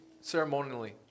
ceremonially